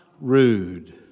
Rude